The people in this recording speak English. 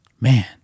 Man